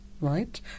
Right